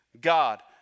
God